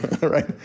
right